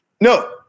no